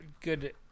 good